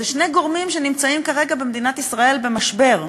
זה שני גורמים שנמצאים כרגע במדינת ישראל במשבר.